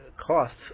costs